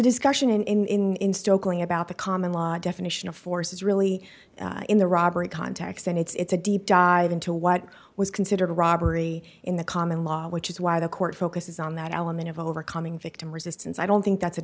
discussion in going about the common law definition of force is really in the robbery context and it's a deep dive into what was considered a robbery in the common law which is why the court focuses on that element of overcoming victim resistance i don't think that's a